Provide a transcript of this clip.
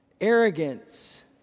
arrogance